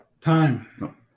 time